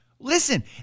Listen